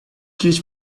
teach